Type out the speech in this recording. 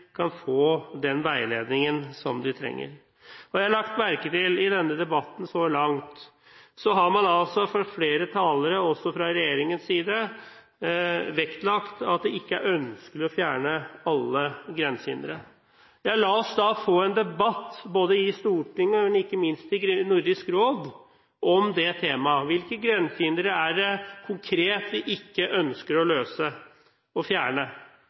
kan få den veiledningen som de trenger. I denne debatten så langt har jeg lagt merke til at flere talere, også fra regjeringens side, har vektlagt at det ikke er ønskelig å fjerne alle grensehindre. Ja, la oss da få en debatt – i Stortinget, men ikke minst i Nordisk råd – om det temaet. Hvilke konkrete grensehindre er det vi ikke ønsker å